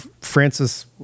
Francis